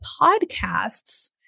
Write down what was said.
podcasts